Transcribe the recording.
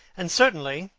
and, certainly,